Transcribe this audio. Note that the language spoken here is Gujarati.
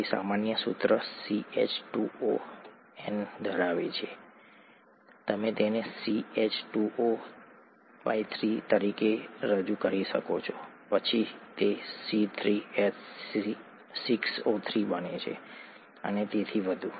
તે સામાન્ય સૂત્ર n ધરાવે છે તમે તેને 3 તરીકે રજૂ કરી શકો છો પછી તે C3H6O3 બને છે અને તેથી વધુ